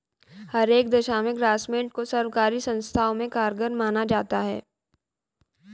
हर एक दशा में ग्रास्मेंट को सर्वकारी संस्थाओं में कारगर माना जाता है